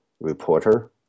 reporter